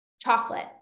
chocolate